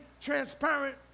transparent